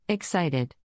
Excited